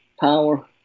power